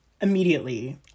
immediately